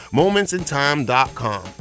momentsintime.com